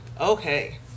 Okay